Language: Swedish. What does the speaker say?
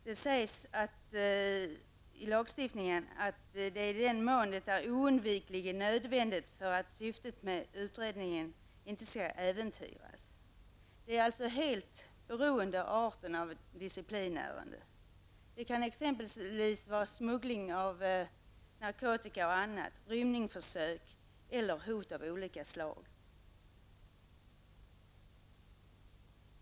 Det sägs i lagen att en intagen under utredning av ett disciplinärende tillfälligt får hållas avskild från andra intagna i den mån det är oundgängligen nödvändigt för att syftet med utredningen inte skall äventyras. Det är alltså helt beroende på vilken art av disciplinärende det är fråga om. Det kan exempelvis vara fråga om smuggling av narkotika, rymningsförsök eller hot av olika slag.